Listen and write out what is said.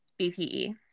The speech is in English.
BPE